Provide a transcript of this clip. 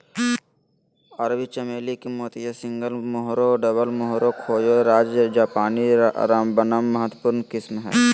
अरबी चमेली के मोतिया, सिंगल मोहोरा, डबल मोहोरा, खोया, राय जापानी, रामबनम महत्वपूर्ण किस्म हइ